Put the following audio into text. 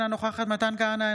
אינה נוכחת מתן כהנא,